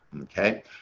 okay